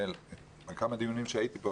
בכמה דיונים שהייתי כאן,